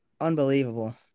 Unbelievable